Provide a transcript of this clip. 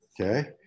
Okay